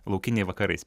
laukiniai vakarais